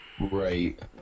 Right